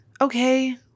okay